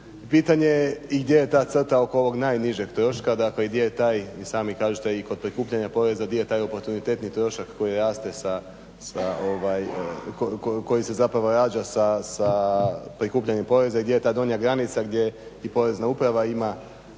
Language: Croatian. pitanje je gdje je ta crta oko ovog najnižeg troška dakle gdje je taj i sami kažete i kod prikupljanja poreza gdje je taj oportunitetni trošak koji se rađa sa prikupljanjem poreza i gdje je ta donja granica gdje i Porezna uprava ima